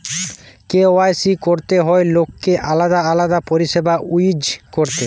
KYC করতে হয় লোককে আলাদা আলাদা পরিষেবা ইউজ করতে